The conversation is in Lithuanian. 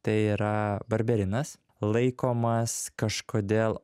tai yra barberinas laikomas kažkodėl